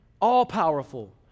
all-powerful